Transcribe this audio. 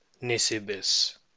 Nisibis